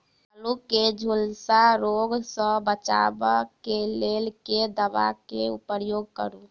आलु केँ झुलसा रोग सऽ बचाब केँ लेल केँ दवा केँ प्रयोग करू?